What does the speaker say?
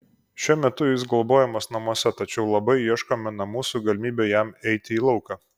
šiuo metu jis globojamas namuose tačiau labai ieškome namų su galimybe jam eiti į lauką